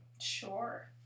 Sure